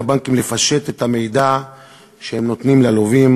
הבנקים לפשט את המידע שהם נותנים ללווים,